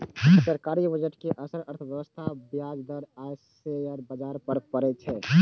सरकारी बजट के असर अर्थव्यवस्था, ब्याज दर आ शेयर बाजार पर पड़ै छै